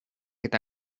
eta